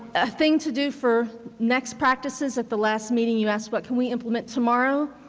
a thing to do for next practices at the last meeting you asked what can we implement tomorrow.